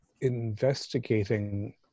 investigating